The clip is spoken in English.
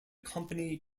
company